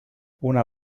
una